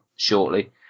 shortly